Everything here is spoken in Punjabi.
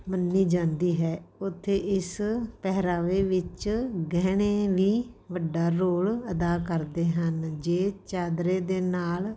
ਮੰਨੀ ਜਾਂਦੀ ਹੈ ਉੱਥੇ ਇਸ ਪਹਿਰਾਵੇ ਵਿੱਚ ਗਹਿਣੇ ਵੀ ਵੱਡਾ ਰੋਲ ਅਦਾ ਕਰਦੇ ਹਨ ਜੇ ਚਾਦਰੇ ਦੇ ਨਾਲ